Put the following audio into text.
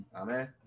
amen